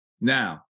now